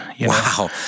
Wow